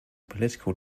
political